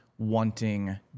wanting